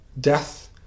death